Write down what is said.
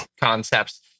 concepts